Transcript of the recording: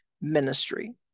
ministry